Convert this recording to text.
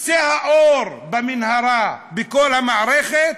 קצה האור במנהרה בכל המערכת,